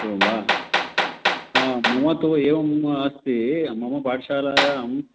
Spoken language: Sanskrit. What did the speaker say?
एवं वा मम तु एवम् अस्ति मम पाठशालायां